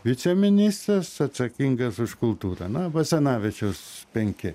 viceministras atsakingas už kultūrą na basanavičiaus penki